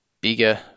bigger